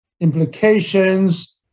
implications